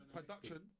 Production